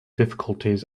difficulties